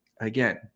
Again